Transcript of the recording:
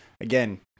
Again